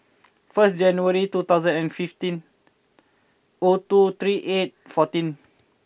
first January two thousand and fifteen O two three eight fourteen